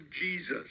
Jesus